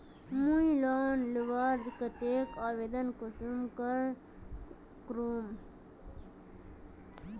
मुई लोन लुबार केते आवेदन कुंसम करे करूम?